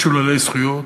משוללי זכויות,